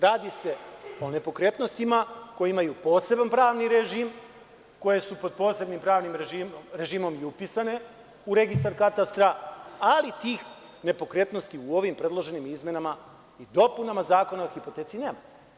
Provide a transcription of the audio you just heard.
Radi se o nepokretnostima koja imaju poseban pravni režim, koja su pod posebnim pravnim režimom i upisane u registar katastra, ali tih nepokretnosti u ovim predloženim izmenama i dopunama Zakona o hipoteci nema.